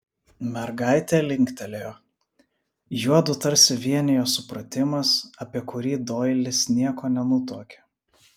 mergaitė linktelėjo juodu tarsi vienijo supratimas apie kurį doilis nieko nenutuokė